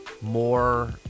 more